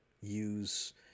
use